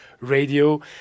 radio